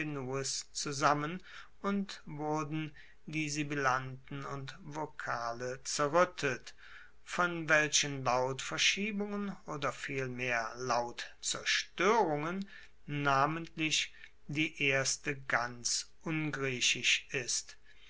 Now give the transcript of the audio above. zusammen und wurden die sibilanten und vokale zerruettet von welchen lautverschiebungen oder vielmehr lautzerstoerungen namentlich die erste ganz ungriechisch ist